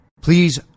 Please